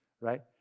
right